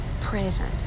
Present